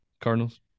Cardinals